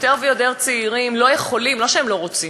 יותר ויותר צעירים לא יכולים, לא שהם לא רוצים,